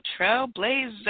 trailblazer